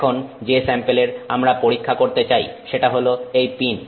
এখন যে স্যাম্পেলের আমরা পরীক্ষা করতে চাই সেটা হলো এই পিন